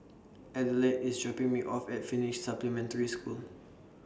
Adelaide IS dropping Me off At Finnish Supplementary School